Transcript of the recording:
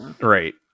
Right